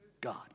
God